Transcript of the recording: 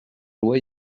loi